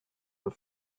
will